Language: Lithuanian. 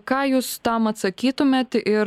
ką jūs tam atsakytumėt ir